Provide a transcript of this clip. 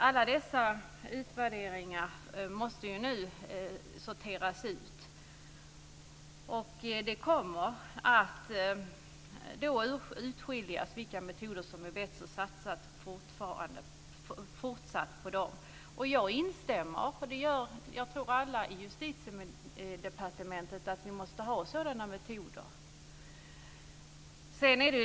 Alla dessa utvärderingar måste nu sorteras upp. Det kommer då att utskiljas vilka metoder som fortsatt är bäst att satsa på. Jag instämmer i, och det tror jag alla i Justitiedepartementet gör, att man måste använda sådana metoder.